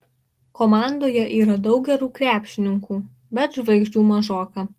komandoje yra daug gerų krepšininkų bet žvaigždžių mažoka